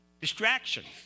Distractions